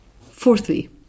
Fourthly